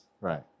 right